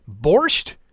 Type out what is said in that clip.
Borscht